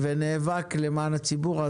ונאבק למען הציבור.